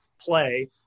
play